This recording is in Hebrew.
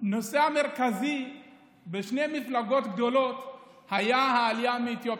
הנושא המרכזי בשתי המפלגות הגדולות היה העלייה מאתיופיה.